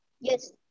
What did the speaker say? Yes